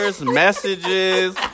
messages